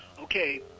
Okay